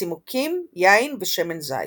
צימוקים, יין ושמן זית.